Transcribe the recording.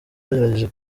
bagerageje